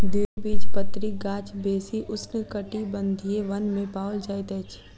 द्विबीजपत्री गाछ बेसी उष्णकटिबंधीय वन में पाओल जाइत अछि